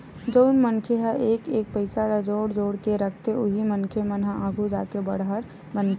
जउन मनखे ह एक एक पइसा ल जोड़ जोड़ के रखथे उही मनखे मन ह आघु जाके बड़हर बनथे